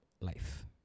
life